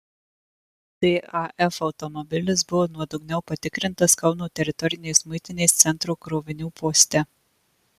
daf automobilis buvo nuodugniau patikrintas kauno teritorinės muitinės centro krovinių poste